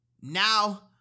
Now